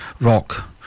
rock